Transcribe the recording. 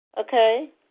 Okay